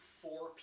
four